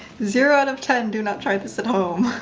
zero out of ten, do not try this at home.